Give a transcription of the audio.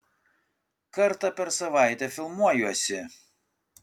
kartą per savaitę filmuojuosi